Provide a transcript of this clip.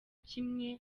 kimwe